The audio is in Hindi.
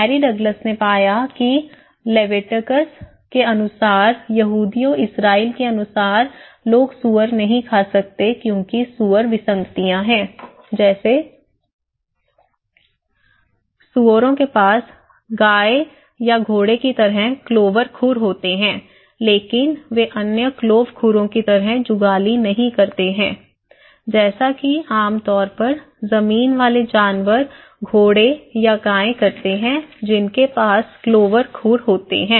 मैरी डगलस ने पाया कि लेविटिकस के अनुसार यहूदियों इजरायल के अनुसार लोग सूअर नहीं खा सकते क्योंकि सूअर विसंगतियाँ हैं जैसे सूअरों के पास गाय या घोड़े की तरह क्लोवर खुर होते हैं लेकिन वे अन्य क्लोव खुरों की तरह जुगाली नहीं करते हैं जैसा कि आम तौर पर जमीन वाले जानवर घोड़े या गाय करते हैं जिनके पास क्लोवर खुर होते हैं